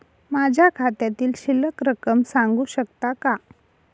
माझ्या खात्यातील शिल्लक रक्कम सांगू शकता का?